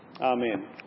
Amen